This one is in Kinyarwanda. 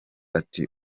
ati